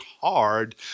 hard